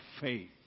faith